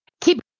Keep